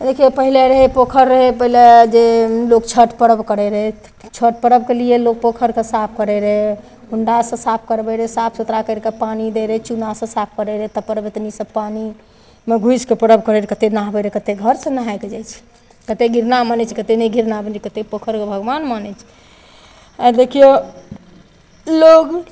देखियौ पहिले रहै पोखरि रहै पहिले जे लोक छठि पर्ब करै रहै छठि पर्बके लिए लोक पोखरिके साफ करै रहै हुंडासँ साफ करबै रहै साफ सुथरा कैरिके पानि दै रहै चुना सँ साफ करै रहै तब परबतनी सब पानिमे घुसि कऽ पर्ब करै रहै कते नहबै रहै कते घरसँ नहाय कऽ जाइ छै कते घृणा मानै छै कते नहि घृणा मानै छै कतेक पोखरिके भगवान माने छै आ देखियौ लोग